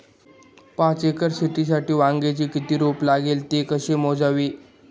पाच एकर शेतीसाठी वांग्याचे किती रोप लागेल? ते कसे मोजावे?